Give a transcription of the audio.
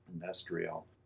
industrial